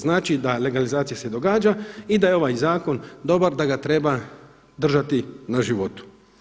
Znači da se legalizacija događa i da je ovaj zakon dobar, da ga treba držati na životu.